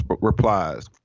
replies